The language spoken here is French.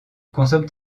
consomment